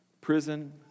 prison